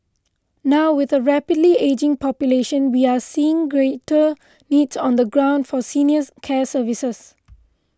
now with a rapidly ageing population we are seeing greater needs on the ground for senior care services